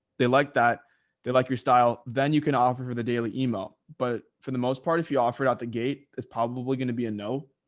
they like that they like your style, then you can offer for the daily email. but for the most part, if you offer it out, the gate is probably going to be a no,